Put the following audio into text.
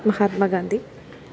Mahatma Gandhi